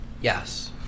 Yes